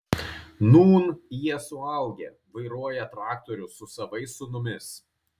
nūn jie suaugę vairuoja traktorius su savais sūnumis